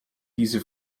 diese